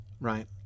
Right